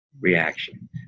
reaction